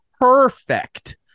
perfect